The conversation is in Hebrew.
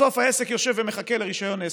בסוף העסק יושב ומחכה לרישיון עסק.